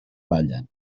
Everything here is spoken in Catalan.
ballen